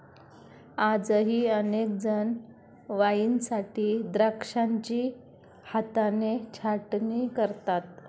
आजही अनेक जण वाईनसाठी द्राक्षांची हाताने छाटणी करतात